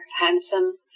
handsome